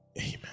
Amen